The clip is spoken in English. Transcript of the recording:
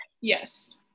Yes